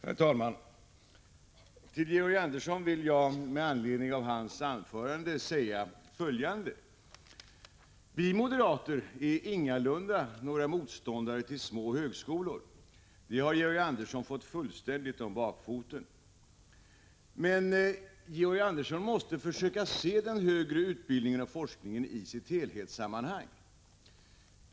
Herr talman! Till Georg Andersson vill jag med anledning av hans anförande säga följande. Vi moderater är ingalunda några motståndare till små högskolor. Det har Georg Andersson fått fullständigt om bakfoten. Men Georg Andersson måste försöka se den högre utbildningen och forskningen i ett helhetssammanhang.